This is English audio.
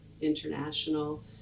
international